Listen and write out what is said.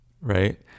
right